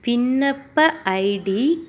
விண்ணப்ப ஐடி